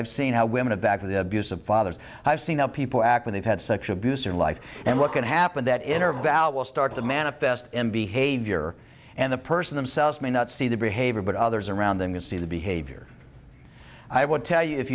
i've seen how women back of the abusive fathers i've seen how people act when they've had sexual abuse in life and what can happen that intervallic will start to manifest in behavior and the person themselves may not see the behavior but others around them you see the behavior i would tell you if